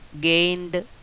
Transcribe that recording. gained